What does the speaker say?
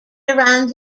around